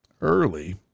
early